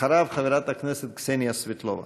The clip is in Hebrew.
אחריו, חברת הכנסת קסניה סבטלובה.